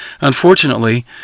Unfortunately